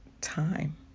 time